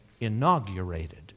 inaugurated